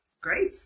Great